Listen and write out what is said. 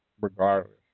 regardless